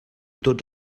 tots